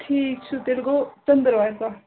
ٹھیٖک چھُ تیٚلہِ گوٚو ژٔنٛدٕروارِ دۄہ